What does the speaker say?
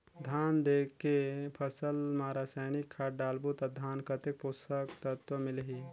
धान देंके फसल मा रसायनिक खाद डालबो ता धान कतेक पोषक तत्व मिलही?